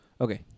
Okay